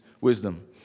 wisdom